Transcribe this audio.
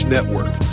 Network